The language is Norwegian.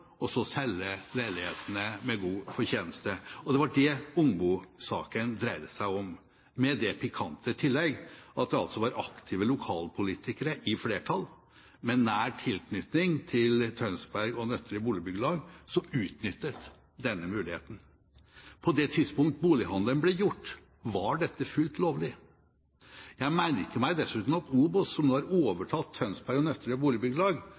og så selge leilighetene med god fortjeneste. Det var det Ungbo-saken dreide seg om, med det pikante tillegg at det altså var aktive lokalpolitikere i flertall, med nær tilknytning til Tønsberg-Nøtterøy Boligbyggelag, som utnyttet denne muligheten. På det tidspunktet bolighandelen ble gjort, var dette fullt lovlig. Jeg merker meg dessuten at OBOS, som nå har overtatt Tønsberg-Nøtterøy Boligbyggelag,